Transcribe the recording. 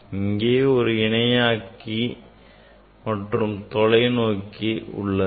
இங்கே ஒரு இணையாக்கி மற்றும் தொலை நோக்கி உள்ளது